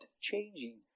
changing